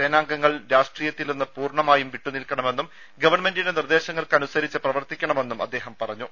സേനാംഗങ്ങൾ രാഷ്ട്രീ യത്തിൽ നിന്ന് പൂർണമായും വിട്ടു നിൽക്കണ മെന്നും ഗവൺമെന്റിന്റെ നിർദേശങ്ങൾക്കനു സരിച്ച് പ്രവർത്തിക്കണ മെന്നും അദ്ദേഹം പറഞ്ഞു